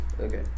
Okay